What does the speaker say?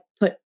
put